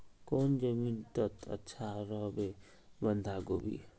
कौन जमीन टत अच्छा रोहबे बंधाकोबी?